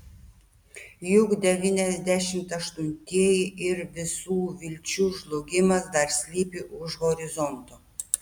juk devyniasdešimt aštuntieji ir visų vilčių žlugimas dar slypi už horizonto